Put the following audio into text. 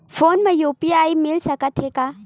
Phone मा UPI मिल सकत हे का?